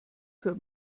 für